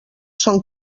són